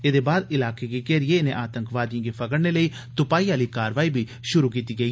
एदे बाद इलाके गी घेरिए इनें आतंकवादिएं गी फगड़ने लेई तुपाई आली कार्रवाई बी शुरू कीती गेई